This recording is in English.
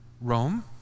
Rome